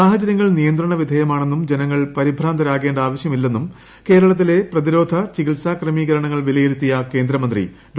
സാഹചര്യങ്ങൾ നിയന്ത്രണവിദ്ധേയമാണെന്നും ജനങ്ങൾ പരിഭ്രാന്തരാകേണ്ട ആവശൃമില്ല് ്ലെന്നും കേരളത്തിലെ പ്രതിരോധ ചികിത്സാ ക്രമീകരണങ്ങൾ വിലയിരുത്തിയ കേന്ദ്രമന്ത്രി ഡോ